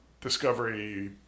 discovery